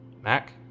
Mac